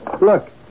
Look